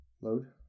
Load